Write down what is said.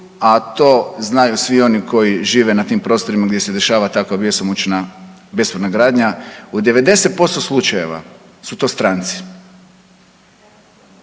a to znaju svi oni koji žive na tim prostorima gdje se dešava takva bjesomučna bespravna gradnja. U 90% slučajeva su to stranci,